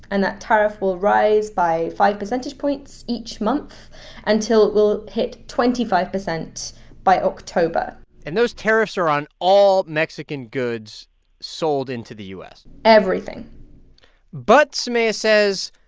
and that tariff will rise by five percentage points each month until it will hit twenty five percent by october and those tariffs are on all mexican goods sold into the u s everything but, soumaya says,